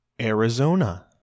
Arizona